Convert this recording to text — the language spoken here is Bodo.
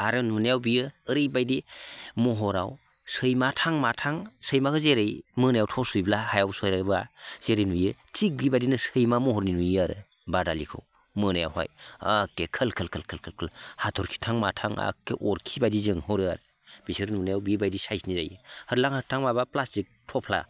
आरो नुनायाव बियो ओरैबायदि महराव सैमाथां माथां सैमाखौ जेरै मोनायाव थर्स सुयोब्ला हायाव सोलाबा जेरै नुयो थिक बिबायदिनो सैमा महरनि नुयो आरो बादालिखौ मोनायावहाय ओक्के खोल खोल खोल खोल हाथरखिथां माथां ओक्के अरखि बायदि जोंहरो आरो बिसोर नुनायाव बेबायदि साइजनि जायो होरलां होथां माबा प्लास्टिक थफ्ला